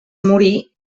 morir